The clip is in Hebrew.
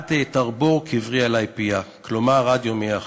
עד תאטר בור קברי עלי פיה", כלומר עד יומי האחרון.